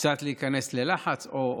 קצת להיכנס ללחץ או,